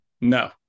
no